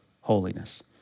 holiness